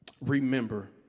Remember